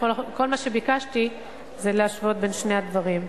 וכל מה שביקשתי זה להשוות בין שני הדברים.